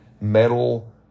metal